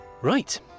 Right